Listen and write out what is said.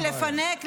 כל העניות והעניים,